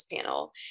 panel